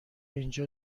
اینجا